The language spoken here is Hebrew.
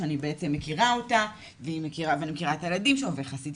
שאני בעצם מכירה אותה ואני מכירה את הילדים שלו ו'איך עשיתי